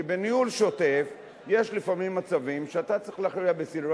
כי בניהול שוטף יש לפעמים מצבים שאתה צריך להכריע בסדרי